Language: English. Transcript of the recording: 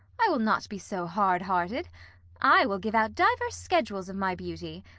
i will not be so hard-hearted i will give out divers schedules of my beauty.